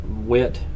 Wet